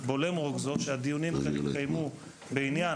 "בולם רוגזו" שהדיונים כאן יתקיימו לעניין,